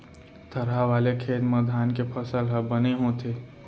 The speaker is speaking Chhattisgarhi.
थरहा वाले खेत म धान के फसल ह बने होथे